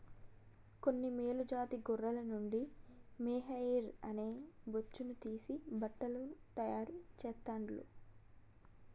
కొన్ని మేలు జాతి గొర్రెల నుండి మొహైయిర్ అనే బొచ్చును తీసి బట్టలను తాయారు చెస్తాండ్లు